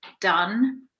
done